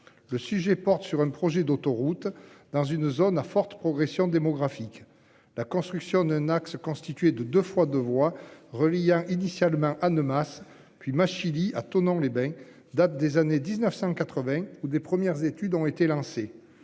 Le sujet porte sur un projet d'autoroute dans une zone à forte progression démographique, la construction d'un axe constitué de 2 fois 2 voies reliant initialement Annemasse puis ma Chili à Thonon-les-Bains datent des années 1980 ou des premières études ont été lancées.